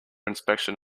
inspection